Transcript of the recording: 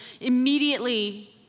immediately